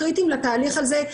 קריטיים לתהליך הזה.